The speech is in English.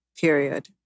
period